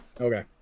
Okay